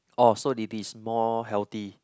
orh so it is more healthy